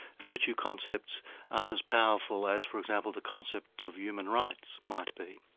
virtue concepts aren't as powerful as, for example, the concept of human rights might be.